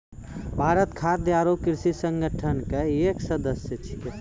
भारत खाद्य आरो कृषि संगठन के एक सदस्य छै